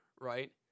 right